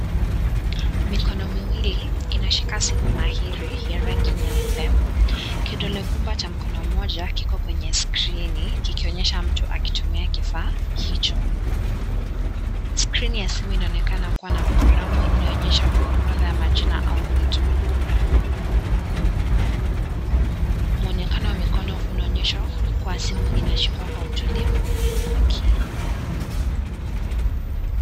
Mikono miwili inashika simu mahiri ya rangi nyeupe. Kidole gumba cha mkono mmoja, kiko kwenye screeni kikionyesha mtu anakitumia kifaa hicho. Screeni ya simu inaonekana kuwa na programu inaonyesha orodha ya majina au vitu. Mwonekana mkono unaonyesha kuwa simu inashikwa kwa utulivu na umakini.